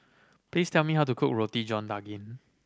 please tell me how to cook Roti John Daging